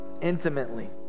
intimately